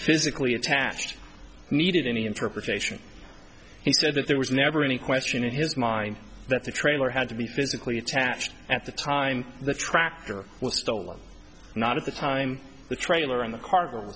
physically attached needed any interpretation he said that there was never any question in his mind that the trailer had to be physically attached at the time the tractor was stolen not at the time the trailer on the cardinal